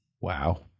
Wow